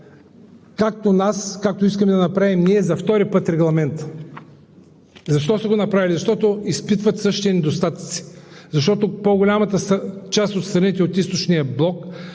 както искаме да направим ние? Защо са го направили? Защото изпитват същите недостатъци, защото по-голямата част от страните от Източния блок